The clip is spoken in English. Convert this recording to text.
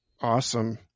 Awesome